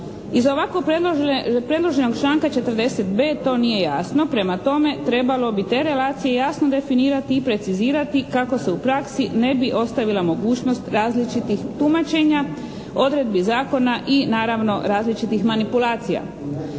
Iz ovako predloženog članka 40. b, to nije jasno. Prema tome, trebalo bi te relacije jasno definirati i precizirati kako se u praksi ne bi ostavila mogućnost različitih tumačenja odredbi zakona i naravno različitih manipulacija.